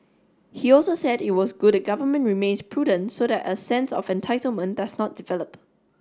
he also said it was good the government remains prudent so that a sense of entitlement does not develop